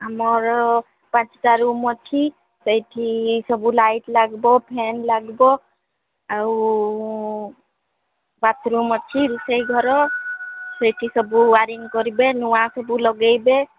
ଆମର ପାଞ୍ଚଟା ରୁମ୍ ଅଛି ସେଇଠି ସବୁ ଲାଇଟ୍ ଲାଗିବ ଫେନ୍ ଲାଗିବ ଆଉ ବାଥରୁମ୍ ଅଛି ରୋଷେଇ ଘର ସେଇଠି ସବୁ ୱାରିଙ୍ଗ କରିବେ ନୂଆ ସବୁ ଲଗେଇବେ